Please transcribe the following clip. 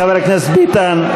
חבר הכנסת ביטן,